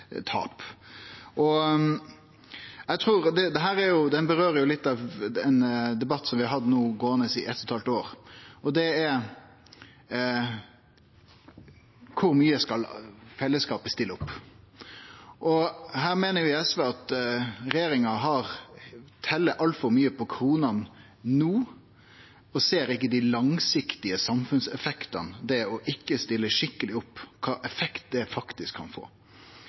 ein debatt vi har hatt gåande i halvtanna år: Kor mykje skal fellesskapet stille opp? Her meiner vi i SV at regjeringa tel altfor mykje på kronene no og ikkje ser dei langsiktige samfunnseffektane det ikkje å stille skikkeleg opp, faktisk kan få. SV har vore kritisk til ein del av dei store reiselivsaktørane, som ofte er organiserte i skatteparadis osv., men vi ser også at her er det